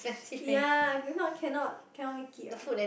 ya if not cannot cannot make it ah